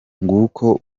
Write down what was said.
nguko